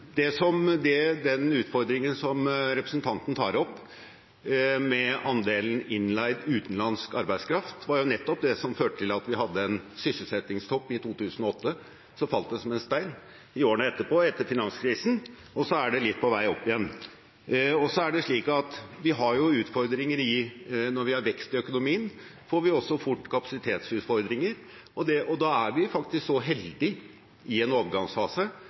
Sysselsetting er spennende. Den utfordringen som representanten tar opp med andelen innleid utenlandsk arbeidskraft, var nettopp det som førte til at vi hadde en sysselsettingstopp i 2008. Så falt den som en stein i årene etterpå, etter finanskrisen, og så er den litt på vei opp igjen. Så er det slik at når vi har vekst i økonomien, får vi også fort kapasitetsutfordringer, og da er vi faktisk så heldige i en overgangsfase